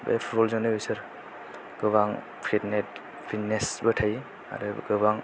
बे फुटबल जोंनो बेसोर गोबां फिडनेस बो थायो आरो गोबां